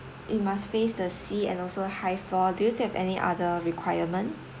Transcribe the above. it must face the sea and also high floor do you still have any other requirement